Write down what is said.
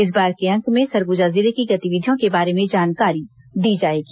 इस बार के अंक में सरगुजा जिले की गतिविधियों के बारे में जानकारी दी जाएगी